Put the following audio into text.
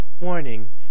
Warning